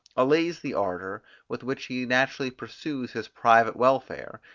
allays the ardour, with which he naturally pursues his private welfare,